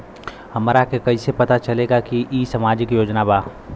हमरा के कइसे पता चलेगा की इ सामाजिक योजना बा?